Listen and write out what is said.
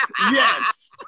yes